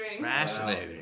Fascinating